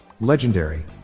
Legendary